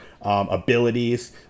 abilities